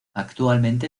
actualmente